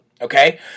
Okay